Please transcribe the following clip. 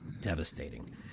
devastating